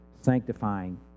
sanctifying